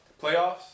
Playoffs